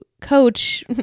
coach